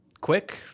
quick